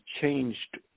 changed